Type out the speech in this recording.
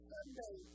Sunday